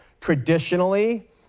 Traditionally